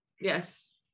Yes